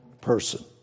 person